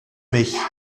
mich